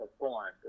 performed